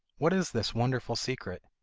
what is this wonderful secret?